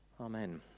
Amen